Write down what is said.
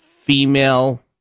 female